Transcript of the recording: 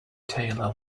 taylor